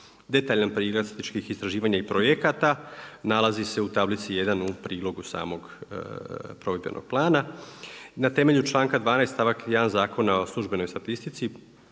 Detaljni prikaz statističkih istraživanja i projekata nalazi se u tablici 1 u prilogu samog provedbenog plana. Na temelju članka 12. stavak 1. Zakona o službenoj statistici